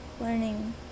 learning